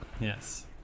Yes